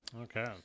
Okay